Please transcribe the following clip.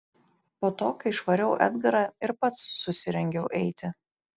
po to kai išvariau edgarą ir pats susirengiau eiti